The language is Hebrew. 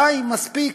די, מספיק.